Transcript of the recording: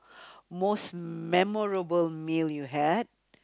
most memorable meal you had